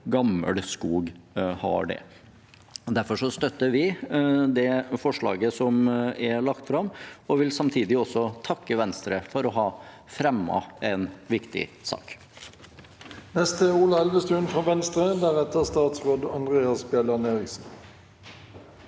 gammel skog har det. Derfor støtter vi det forslaget som er lagt fram, og vil samtidig takke Venstre for å ha fremmet en viktig sak.